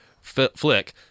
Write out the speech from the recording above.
flick